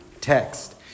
text